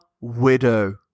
widow